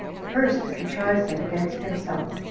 first contrives it against himself.